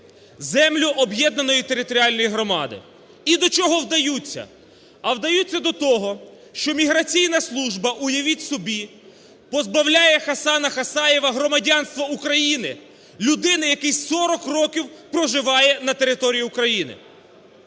землю об'єднаної територіальної громади. І до чого вдаються? А вдаються до того, що міграційна служба – уявіть собі! – позбавляє Хасана Хасаєва громадянства України, людини, яка 40 років проживає на території України.